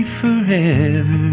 forever